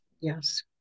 Yes